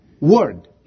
word